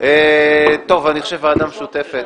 ועדה משותפת